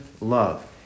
love